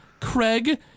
Craig